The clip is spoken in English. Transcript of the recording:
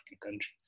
countries